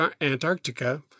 Antarctica